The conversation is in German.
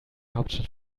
hauptstadt